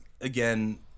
again